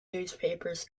newspapers